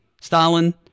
Stalin